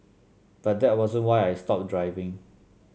but that wasn't why I stopped driving